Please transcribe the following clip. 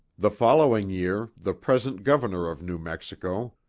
the following year the present governor of new mexico,